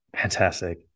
Fantastic